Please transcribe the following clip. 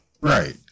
Right